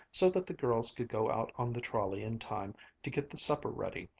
so that the girls could go out on the trolley in time to get the supper ready.